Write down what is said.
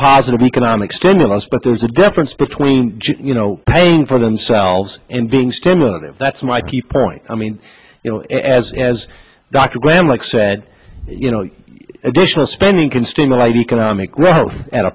positive economic stimulus but there's a difference between you know paying for themselves and being stimulative that's my key point i mean as as dr graham like said you know additional spending can stimulate economic growth at